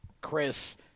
Chris